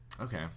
Okay